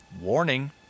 Warning